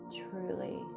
truly